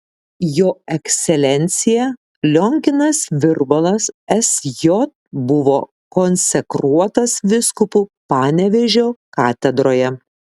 jo ekscelencija lionginas virbalas sj buvo konsekruotas vyskupu panevėžio katedroje